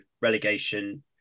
relegation